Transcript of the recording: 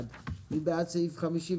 אושר מי בעד סעיף 48?